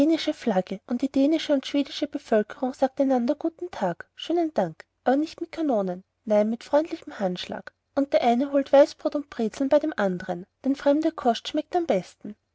flagge und die dänische und schwedische bevölkerung sagt einander guten tag schönen dank aber nicht mit kanonen nein mit freundlichem handschlag und der eine holt weißbrot und brezeln bei dem andern denn fremde kost schmeckt am besten